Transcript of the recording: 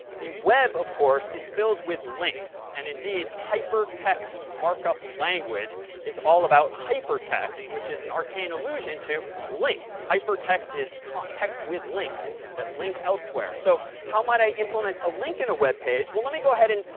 the web, of course, is filled with links, and indeed, hypertext markup language is all about hypertext, which is an arcane allusion to links. hypertext is text with links that link elsewhere. so how might i implement a link in a web page? well, let me go ahead and,